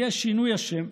יהיה שינוי השם,